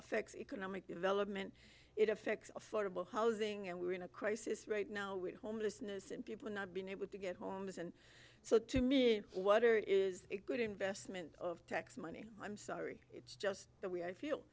affects economic development it affects all floatable housing and we're in a crisis right now with homelessness and people not being able to get homes and so to me what're is a good investment of tax money i'm sorry it's just the way i feel